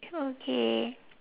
okay